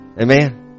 Amen